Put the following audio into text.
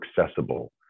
accessible